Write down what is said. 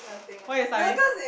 why you study